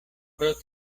pro